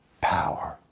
power